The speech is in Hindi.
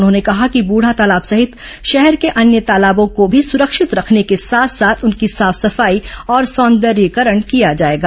उन्होंने कहा कि बूढ़ातालाब सहित शहर के अन्य तालाबों को भी सुरक्षित रखने के साथ साथ उनकी साफ सफाई और सौंदर्यीकरण किया जाएगा